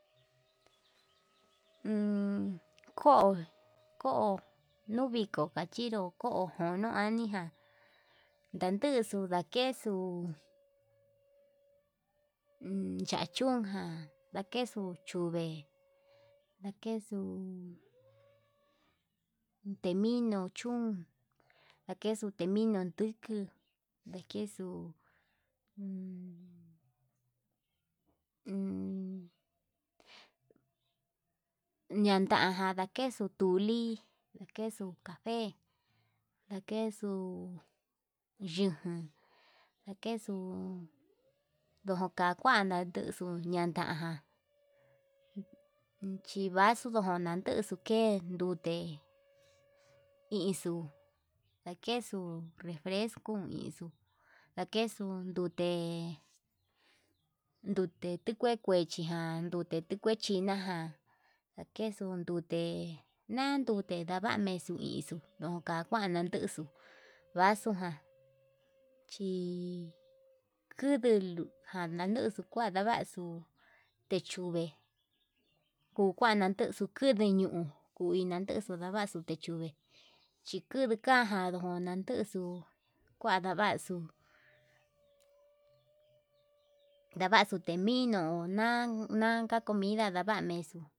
ko'o ko'o nuviko kachinro ko'o njono anija, ndanduxu ndakexu un cha chúnjan ndakexu chuve ndakexu teminu chún ndakexu teminun nduku, ndakexuu uun uun ñandajan ndakexuu tuli ndakexu cafe ndakexu yaján, ndakexu ndokajuan nakexuu yukatan chivaxu chikunan nduxu ke ndute ixuu ndakexu refresco ixuu ndakexuu dute tikue kuechijan, jandute tuu kue chinaján ndakexuu rute nanduete ndakexu niunkan kuan nandixu vaxuu ján chi, kuduu jananduxu kuan ndava'a xuu techuve kuu kuan ndadexu kude ñuun kun ndandexu ndavxu techuve chikuidi kuan, janduu kunadexu kua ndaxu ndavaxu teminun nan nanka comida ndava'a mexo.